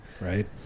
Right